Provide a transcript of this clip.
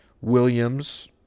Williams